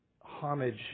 Homage